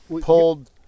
pulled